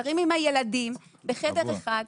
הם גרים עם הילדים בחדר אחד.